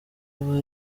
aba